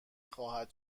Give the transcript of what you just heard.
خواهد